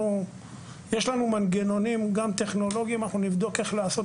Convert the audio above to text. יש לנו מנגנונים גם טכנולוגיים ואנחנו נבדוק איך לעשות